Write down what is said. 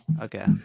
Okay